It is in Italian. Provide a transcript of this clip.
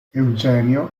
eugenio